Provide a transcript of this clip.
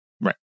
Right